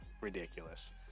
ridiculous